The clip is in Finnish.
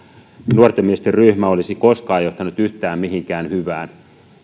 nuorten miesten ryhmä olisi koskaan johtanut yhtään mihinkään hyvään